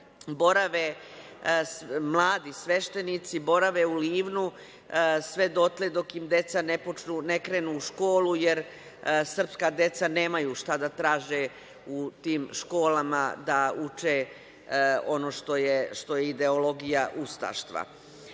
tamo mladi sveštenici borave u Livnu sve dotle dok im dece ne krenu u školu, jer srpska deca nemaju šta da traže u tim školama, da uče ono što je ideologija ustaštva.